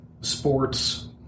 sports